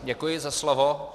Děkuji za slovo.